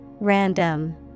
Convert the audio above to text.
Random